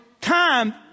time